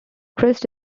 christ